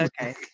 okay